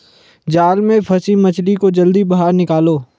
जाल में फसी मछली को जल्दी बाहर निकालो